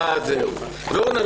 אורנה,